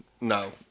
no